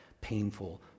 painful